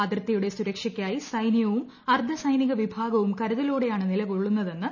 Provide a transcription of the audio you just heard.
അതിർത്തിയുടെ സുരക്ഷയ്ക്കായി സൈനൃവും അർധ സൈനിക വിഭാഗവും കരുതലോടെയാണ് നിലകൊള്ളുന്നതെന്ന് എ